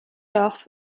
off